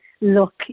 Look